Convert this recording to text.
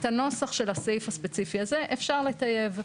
את הנוסח של הסעיף הספציפי הזה אפשר לטייב.